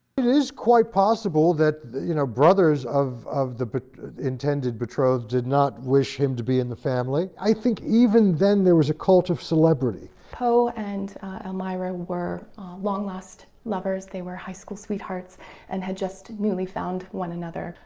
it is quite possible that you know brothers of of the intended betrothed did not wish him to be in the family, i think even then there was a cult of celebrity. poe and elmira were long-lost lovers, they were high school sweethearts and had just newly found one another,